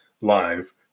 live